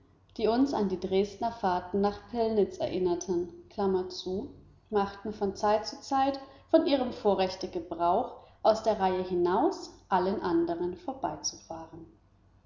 die uns an die dresdner fahrten nach pillnitz erinnerten machten von zeit zu zeit von ihrem vorrechte gebrauch aus der reihe hinaus allen anderen vorbeizufahren